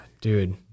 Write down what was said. Dude